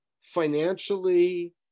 financially